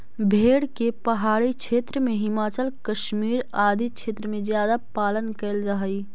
भेड़ के पहाड़ी क्षेत्र में, हिमाचल, कश्मीर आदि क्षेत्र में ज्यादा पालन कैल जा हइ